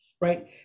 right